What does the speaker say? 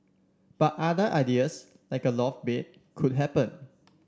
but other ideas like a loft bed could happen